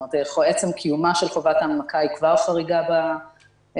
עצם קיומה של חובת הנמקה היא כבר חריגה בחקיקה